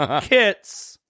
kits